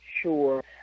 Sure